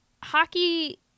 hockey